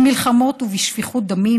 במלחמות ובשפיכות דמים.